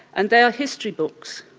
and they are history books,